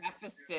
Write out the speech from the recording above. deficit